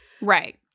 Right